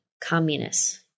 communists